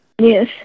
Yes